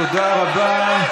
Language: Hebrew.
תודה רבה.